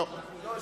לא.